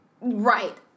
Right